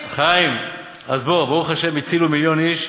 חיים, אז בוא, ברוך השם הצילו מיליון איש,